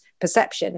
perception